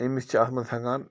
أمِس چھِ اَتھ منٛز ہٮ۪کان